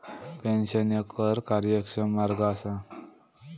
pension ह्या कर कार्यक्षम मार्ग असा